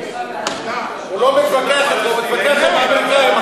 הוא לא מתווכח אתו, הוא מתווכח עם האמריקנים.